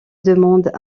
demande